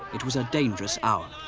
it was a dangerous hour